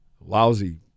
lousy